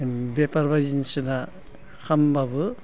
बेपार बायदिसिना खालामबाबो